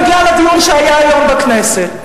בגלל הדיון שהיה היום בכנסת.